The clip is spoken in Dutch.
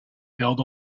veld